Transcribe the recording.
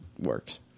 works